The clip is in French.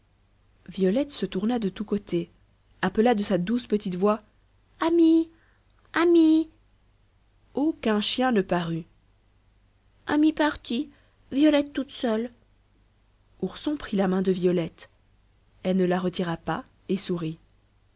violette se tourna de tous côtés appela de sa douce petite voix ami ami aucun chien ne parut ami parti violette toute seule ourson prit la main de violette elle ne la retira pas et sourit